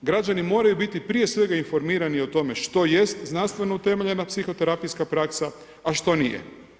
Građani moraju biti prije svega informirani o tome što jest znanstveno utemeljena psihoterapijska praksa a što nije.